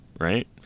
Right